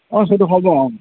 অঁ সেইটো হ'ব অঁ